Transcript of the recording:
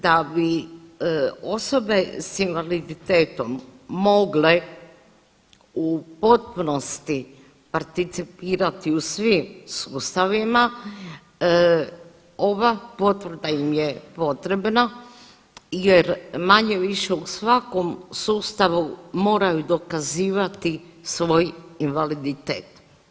Da bi osobe s invaliditetom mogle u potpunosti participirati u svim sustavima ova potvrda im je potrebna jer manje-više u svakom sustavu moraju dokazivati svoj invaliditet.